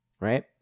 right